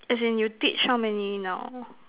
as in you teach how many now